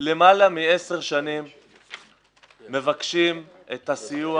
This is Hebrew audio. למעלה מעשר שנים מבקשים את הסיוע